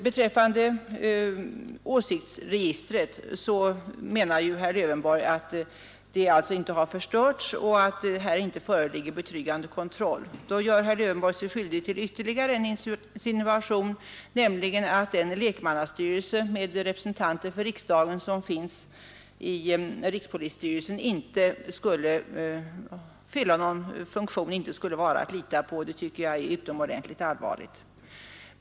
Beträffande åsiktsregistret menar herr Lövenborg att detta inte har förstörts och att här inte föreligger betryggande kontroll. Då gör herr Lövenborg sig skyldig till ytterligare en insinuation, nämligen att den lekmannastyrelse med representanter för riksdagen som finns i rikspolisstyrelsen inte skulle fylla någon funktion, inte skulle vara att lita på. Det är utomordentligt allvarligt.